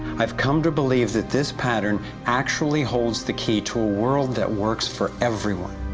i have come to believe that this pattern actually holds the key to a world that works for everyone.